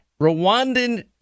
Rwandan